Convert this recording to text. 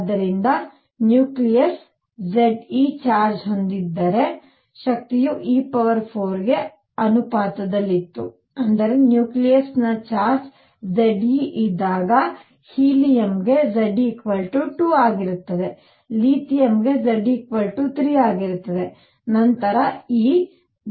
ಆದ್ದರಿಂದ nucleus Ze charge ಹೊಂದಿದ್ದರೆ ಶಕ್ತಿಯು e4 ಗೆ ಅನುಪಾತದಲ್ಲಿತ್ತು ಅಂದರೆ ನ್ಯೂಕ್ಲಿಯಸ್ ನ ಚಾರ್ಜ್ Z e ಇದ್ದಾಗ He ಗೆ Z 2 ಆಗಿರುತ್ತದೆ Li ಗೆ Z 3 ಆಗಿರುತ್ತದೆ